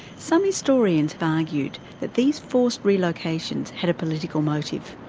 some historians have argued that these forced relocations had a political motive.